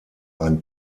ein